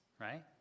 right